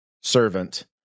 servant